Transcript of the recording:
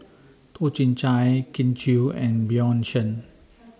Toh Chin Chye Kin Chui and Bjorn Shen